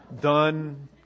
Done